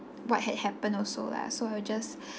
what had happened also lah so I'll just